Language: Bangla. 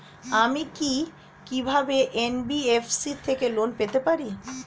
আমি কি কিভাবে এন.বি.এফ.সি থেকে লোন পেতে পারি?